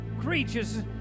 creatures